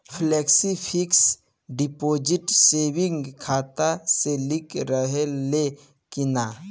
Flexi fix deposit saving खाता से link रहले कि ना?